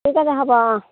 ঠিক আছে হ'ব অঁ